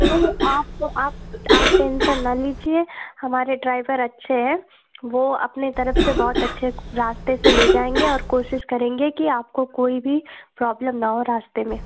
तो आप आप आप टेंसन ना लीजिए हमारे ड्राईवर अच्छे हैं वो अपने तरफ़ से बहुत अच्छे रास्ते से ले जाएँगे और कोशिश करेंगे कि आपको कोई भी प्रॉब्लम ना हो रास्ते में